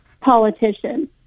politician